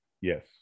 Yes